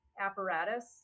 apparatus